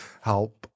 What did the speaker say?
help